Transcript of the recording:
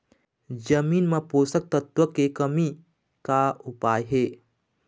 जमीन म पोषकतत्व के कमी का उपाय हे?